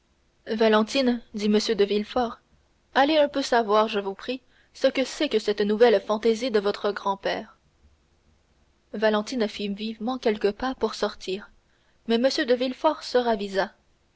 valentine dit m de villefort allez un peu savoir je vous prie ce que c'est que cette nouvelle fantaisie de votre grand-père valentine fit vivement quelques pas pour sortir mais m de villefort se ravisa